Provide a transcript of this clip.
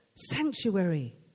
sanctuary